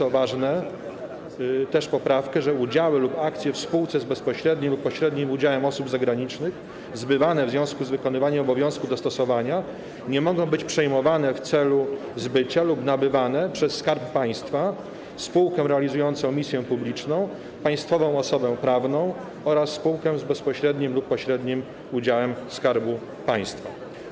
Co ważne, przyjęła też poprawkę mówiącą, że udziały lub akcje w spółce z bezpośrednim lub pośrednim udziałem osób zagranicznych zbywane w związku z wykonaniem obowiązku dostosowania nie mogą być przejmowane w celu zbycia lub nabywane przez Skarb Państwa, spółkę realizującą misję publiczną, państwową osobę prawną oraz spółkę z bezpośrednim lub pośrednim udziałem Skarbu Państwa.